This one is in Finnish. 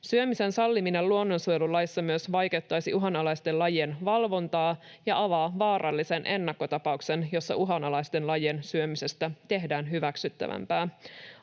Syömisen salliminen luonnonsuojelulaissa myös vaikeuttaisi uhanalaisten lajien valvontaa ja avaa vaarallisen ennakkotapauksen, jossa uhanalaisten lajien syömisestä tehdään hyväksyttävämpää.